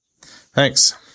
Thanks